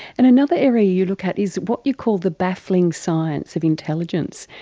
and another area you look at is what you call the baffling science of intelligence.